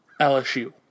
LSU